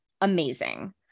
amazing